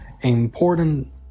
important